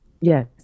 Yes